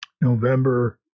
November